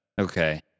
Okay